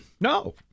No